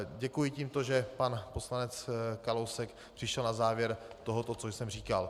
Děkuji tímto, že pan poslanec Kalousek přišel na závěr tohoto, co jsem říkal.